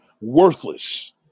worthless